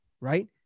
right